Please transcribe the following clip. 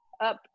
up